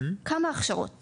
כמה הכשרות נעשו?